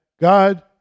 God